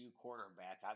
quarterback